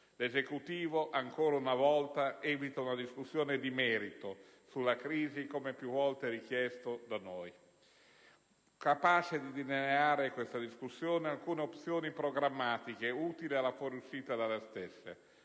l'Esecutivo ancora una volta evita una discussione di merito sulla crisi, come più volte richiesto da noi, capace di delineare alcune opzioni programmatiche utili alla fuoriuscita dalla stessa.